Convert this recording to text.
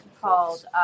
called